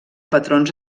patrons